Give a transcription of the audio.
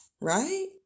Right